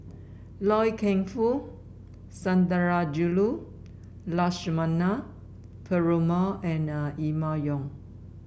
Loy Keng Foo Sundarajulu Lakshmana Perumal and Emma Yong